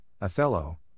Othello